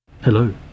Hello